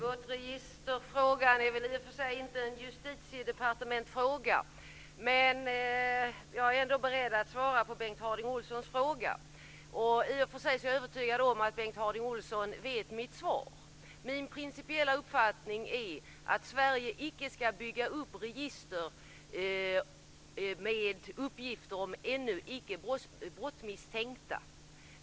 Fru talman! Båtregistret är väl i och för sig inte en fråga för justitiedepartementet. Jag är ändå beredd att svara på Bengt Harding Olsons fråga, trots att jag är övertygad om att han vet mitt svar. Min principiella uppfattning är att Sverige icke skall bygga upp register med uppgifter om ännu icke brottsmisstänkta.